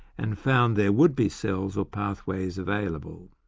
and found there would be cells or pathways available.